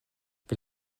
wie